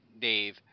Dave